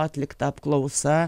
atlikta apklausa